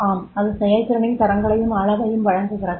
ஆம் இது செயல்திறனின் தரங்களையும் அளவையும் வழங்குகிறது